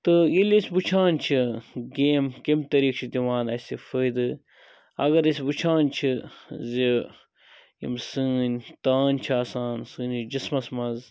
تہٕ ییٚلہِ أسۍ وٕچھان چھِ گیم کَمہِ طریقہ چھِ دِوان اَسہِ فٲیدٕ اگر أسۍ وٕچھان چھِ زِ یِم سٲنۍ تان چھِ آسان سٲنِس جِسمَس مَنٛز